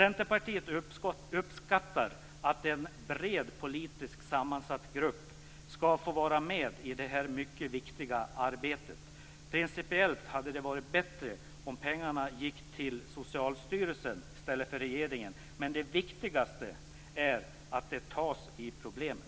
Centerpartiet uppskattar att en bred politiskt sammansatt grupp skall få vara med i detta mycket viktiga arbete. Principiellt hade det varit bättre om pengarna gick till Socialstyrelsen i stället för till regeringen. Men det viktigaste är att det tas tag i problemen.